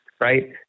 right